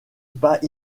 pas